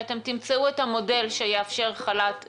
שאתם תמצאו את המודל שיאפשר חל"ת גמיש.